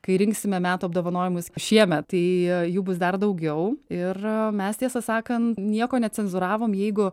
kai rinksime metų apdovanojimus šiemet tai jų bus dar daugiau ir mes tiesą sakant nieko necenzūravom jeigu